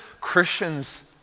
Christians